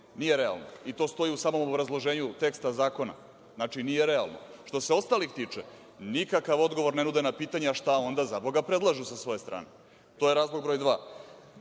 nije realno, i to stoji u samom obrazloženju teksta zakona. Znači, nije realno. Što se ostalih tiče, nikakav odgovor ne nude na pitanja šta onda zaboga predlažu sa svoje strane. To je razlog broj